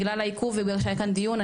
בגלל העיכוב ובגלל שהיה כאן דיון,